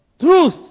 Truth